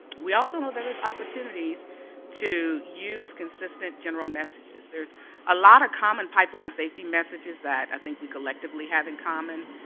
we also know there there is opportunities to use consistent general messages, there is a lot of common pipeline safety messages that i think we collectively have in common,